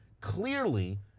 Clearly